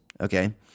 okay